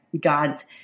God's